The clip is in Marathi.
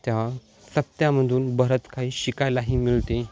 त्या सप्त्यामधून बरंच काही शिकायलाही मिळते